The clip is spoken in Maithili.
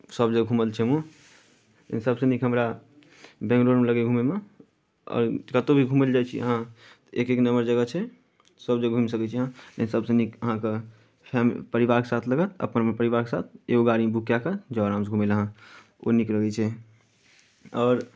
सभ जगह घूमल छी हमहूँ लेकिन सभसँ नीक हमरा बेंगलौरमे नीक लगैए घूमयमे आओर कतहु भी घूमय लए जाइ छी अहाँ एक एक नंबर जगह छै सभ जगह घूमि सकै छी अहाँ लेकिन सभसँ नीक अहाँके फैम परिवारके साथ लगत अपन परिवारके साथ एगो गाड़ी बुक कए कऽ जाउ आरामसँ घूमय लए अहाँ ओ नीक लगैत छै आओर